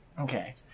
Okay